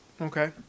Okay